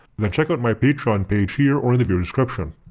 then check out my patreon page here or in the video description.